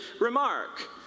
remark